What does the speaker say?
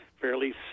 fairly